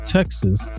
Texas